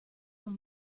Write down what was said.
dont